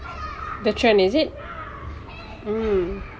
the trend is it mm